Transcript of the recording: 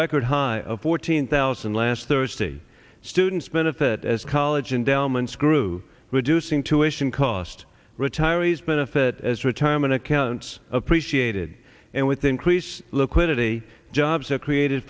record high of fourteen thousand last thursday students benefit as college and downline screw reducing tuitions cost retiree's benefit as retirement accounts appreciated and with the increase liquidity jobs are created